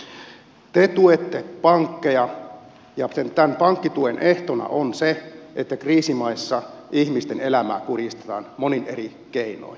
te tuette pankkeja ja tämän pankkituen ehtona on se että kriisimaissa ihmisten elämää kurjistetaan monin eri keinoin